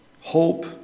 hope